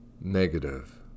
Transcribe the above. negative